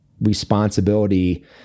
responsibility